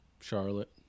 Charlotte